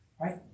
right